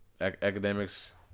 academics